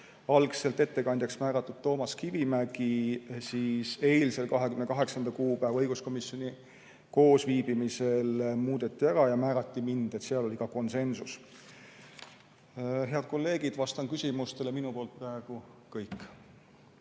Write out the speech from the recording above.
Algselt oli ettekandjaks määratud Toomas Kivimägi, aga eilse, 28. kuupäeva õiguskomisjoni koosviibimisel muudeti see ära ja määrati mind (seal oli ka konsensus). Head kolleegid, vastan küsimustele, praegu kõik.